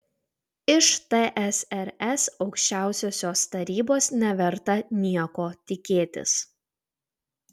iš tsrs aukščiausiosios tarybos neverta nieko tikėtis